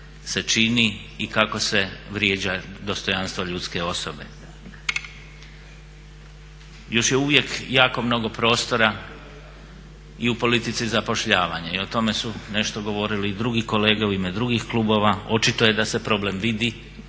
se čini i kako se vrijeđa dostojanstvo ljudske osobe. Još je uvijek jako mnogo prostora i u politici zapošljavanja i o tome su nešto govorili i drugi kolege u ime drugih klubova, očito je da se problem vidi,